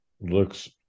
looks